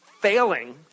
failing